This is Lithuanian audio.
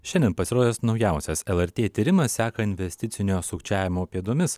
šiandien pasirodęs naujausias lrt tyrimas seka investicinio sukčiavimo pėdomis